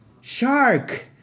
shark